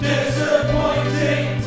Disappointing